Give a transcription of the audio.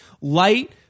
light